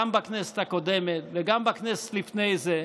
גם בכנסת הקודמת וגם בכנסת שלפני זה,